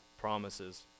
promises